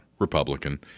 Republican